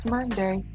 Monday